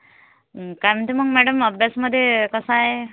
काय म्हणते मग मॅडम अभ्यासामध्ये कसा आहे